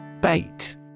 Bait